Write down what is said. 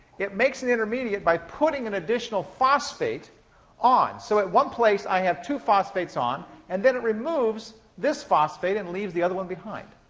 it makes an intermediate by putting an additional phosphate on. so at one place i have two phosphates on, and then it removes this phosphate and leaves the other one behind.